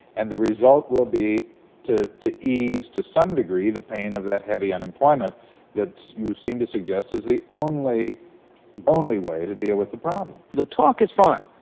and the result will be to to ease to some degree the pain of that heavy unemployment that you seem to suggest is the only only way to deal with the problem. friedman the talk is fine,